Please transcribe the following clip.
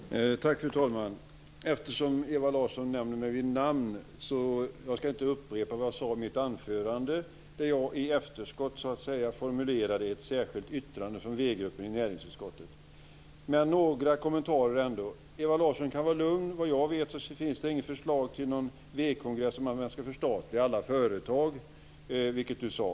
Fru talman! Jag begärde replik eftersom Ewa Larsson nämnde mig vid namn. Jag ska inte upprepa vad jag sade i mitt anförande. Man kan säga att jag i efterskott formulerade ett särskilt yttrande från vgruppen i näringsutskottet. Jag har ändå några kommentarer. Ewa Larsson kan vara lugn. Såvitt jag vet finns det inget förslag till v-kongressen om att förstatliga alla företag, vilket hon sade.